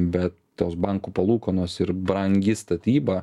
bet tos bankų palūkanos ir brangi statyba